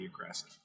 aggressive